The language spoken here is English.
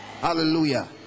Hallelujah